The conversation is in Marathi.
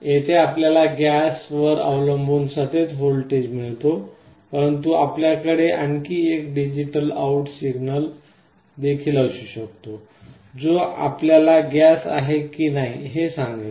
येथे आपल्याला गॅसवर अवलंबून सतत व्होल्टेज मिळतो परंतु आपल्याकडे आणखी एक डिजिटल आउट सिग्नल देखील असू शकतो जो आपल्याला गॅस आहे की नाही हे सांगेल